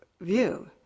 view